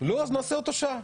לא, אז נעשה אותו שעה.